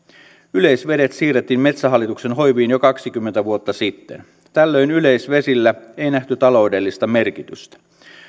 yleisvedet siirrettiin metsähallituksen hoiviin jo kaksikymmentä vuotta sitten tällöin yleisvesillä ei nähty taloudellista merkitystä